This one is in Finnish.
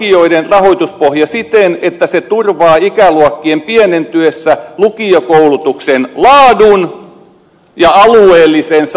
uudistetaan lukioiden rahoituspohja siten että se turvaa ikäluokkien pienentyessä lukiokoulutuksen laadun ja alueellisen saavutettavuuden